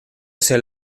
ese